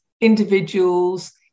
individuals